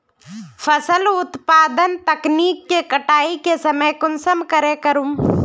फसल उत्पादन तकनीक के कटाई के समय कुंसम करे करूम?